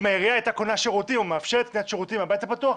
אם העירייה הייתה קונה שירותים או מאפשרת קניית שירותים מהבית הפתוח,